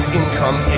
income